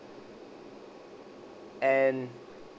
and